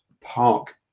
Park